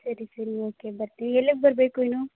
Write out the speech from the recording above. ಸರಿ ಸರಿ ಓಕೆ ಬರ್ತೀವಿ ಎಲ್ಲಿಗೆ ಬರಬೇಕು ಇನ್ನು